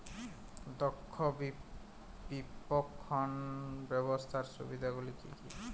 দক্ষ বিপণন ব্যবস্থার সুবিধাগুলি কি কি?